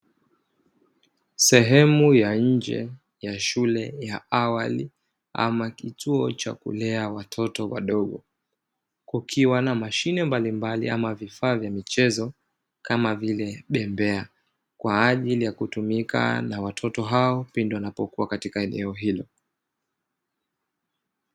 Sehemu ya nje ya shule ya awali, ama kituo cha kulea watoto wadogo, kukiwa na mashine mbalimbali ama vifaa vya michezo, kama vile bembea; kwa ajili ya kutumika na watoto hao, pindi wanapokuwa katika eneo hilo.